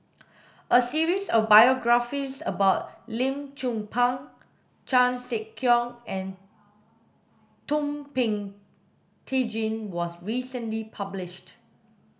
a series of biographies about Lim Chong Pang Chan Sek Keong and Thum Ping Tjin was recently published